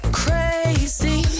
crazy